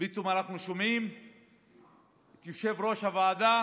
ופתאום אנחנו שומעים את יושב-ראש הוועדה